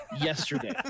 yesterday